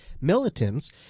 militants